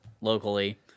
locally